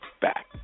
back